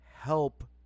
help